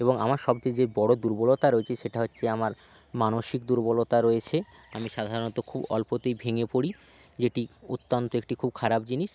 এবং আমার সবচেয়ে যে বড়ো দুর্বলতা রয়েছে সেটা হচ্ছে আমার মানসিক দুর্বলতা রয়েছে আমি সাধারণত খুব অল্পতেই ভেঙে পড়ি যেটি অত্যান্ত একটি খুব খারাপ জিনিস